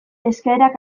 eskaerak